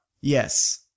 Yes